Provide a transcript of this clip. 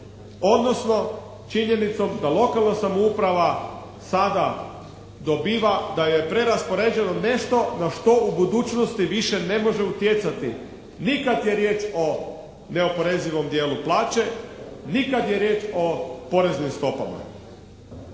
odnosno činjenicom da lokalna samouprava sada dobiva da je preraspoređeno nešto na što u budućnosti više ne može utjecati ni kad je riječ o neoporezivom dijelu plaće ni kad je riječ o poreznim stopama.